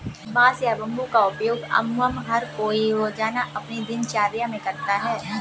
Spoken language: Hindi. बांस या बम्बू का उपयोग अमुमन हर कोई रोज़ाना अपनी दिनचर्या मे करता है